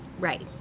Right